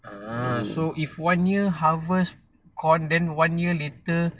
ah so if one year harvest corn then one year later